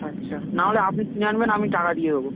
আচ্ছা নাহলে আপনি কিনে আনবেন আমি টাকা দিয়ে দেবো